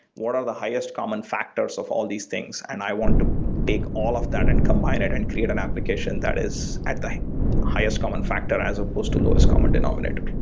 what are the highest common factors of all these things? and i want to take all of that and combine it and create an application that is at the highest common factor as supposed to lowest common denominator.